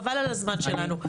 חבל על הזמן שלנו.